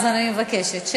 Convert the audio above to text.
חבר הכנסת חזן, בבקשה.